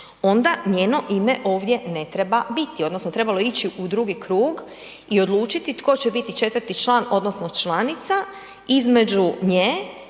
onda njeno ime ovdje ne treba biti odnosno trebalo je ići u drugi krug i odlučiti tko će biti 4-ti član odnosno članica između nje